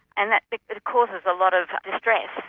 and that causes a lot of distress.